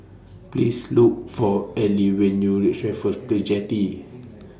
Please Look For Eli when YOU REACH Raffles Place Jetty